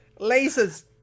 Lasers